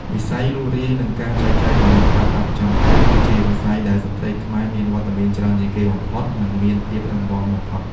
វិស័យលក់រាយ និងការចែកចាយទំនិញប្រើប្រាស់ប្រចាំថ្ងៃ គឺជាវិស័យដែលស្ត្រីខ្មែរមានវត្តមានច្រើនជាងគេបំផុត និងមានភាពរឹងមាំបំផុត។